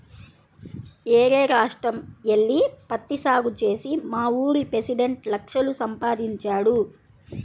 యేరే రాష్ట్రం యెల్లి పత్తి సాగు చేసి మావూరి పెసిడెంట్ లక్షలు సంపాదించాడు